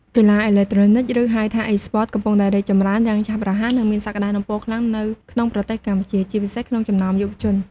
កីឡាអេឡិចត្រូនិក ឬហៅថា Esports កំពុងតែរីកចម្រើនយ៉ាងឆាប់រហ័ស និងមានសក្ដានុពលខ្លាំងនៅក្នុងប្រទេសកម្ពុជា ជាពិសេសក្នុងចំណោមយុវជន។